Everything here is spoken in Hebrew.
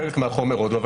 חלק מהחומר עוד לא,